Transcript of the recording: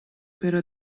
però